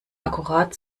akkurat